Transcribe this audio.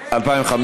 התשע"ה 2015,